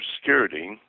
Security